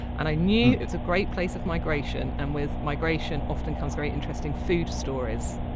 and i knew it was a great place of migration, and with migration often comes very interesting food stories.